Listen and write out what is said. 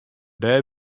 dêr